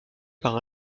par